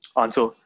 answer